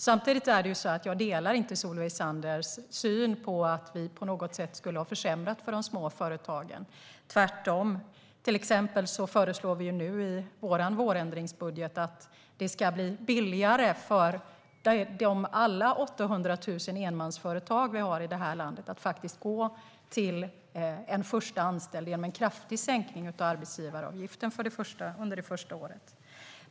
Samtidigt delar jag inte Solveig Zanders syn att vi på något sätt skulle ha försämrat för de små företagen, tvärtom. I vårändringsbudgeten föreslår vi nu att det ska bli billigare för alla 800 000 enmansföretag i det här landet att anställa en första person genom en kraftig sänkning av arbetsgivaravgiften under det första året.